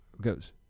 goes